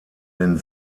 den